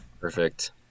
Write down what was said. Perfect